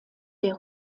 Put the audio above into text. der